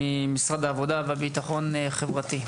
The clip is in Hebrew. ממשרד הרווחה והביטחון החברתי.